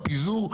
הפיזור,